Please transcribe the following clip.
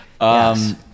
Yes